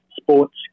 sports